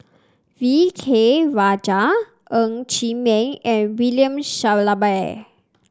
V K Rajah Ng Chee Meng and William Shellabear